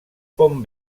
pont